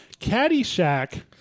Caddyshack